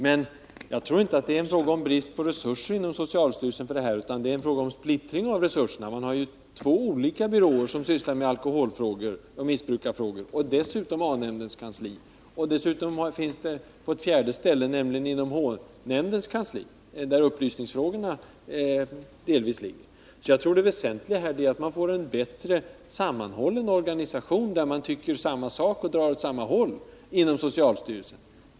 Men jag tror inte det är fråga om brist på resurser inom socialstyrelsen, utan om en splittring av resurserna. Man har två olika byråer som sysslar med missbruksfrågor, och dessutom A-nämndens kansli. Det finns också ett fjärde ställe, nämligen H-nämndens kansli, där upplysningsfrågorna delvis ligger. Jag tror det väsentliga är att man får en bättre sammanhållen organisation inom socialstyrelsen, där man tycker samma sak och drar åt samma håll.